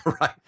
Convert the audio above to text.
right